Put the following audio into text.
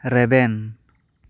ᱨᱮᱵᱮᱱ